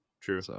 True